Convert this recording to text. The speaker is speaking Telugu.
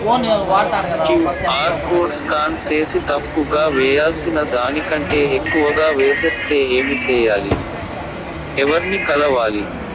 క్యు.ఆర్ కోడ్ స్కాన్ సేసి తప్పు గా వేయాల్సిన దానికంటే ఎక్కువగా వేసెస్తే ఏమి సెయ్యాలి? ఎవర్ని కలవాలి?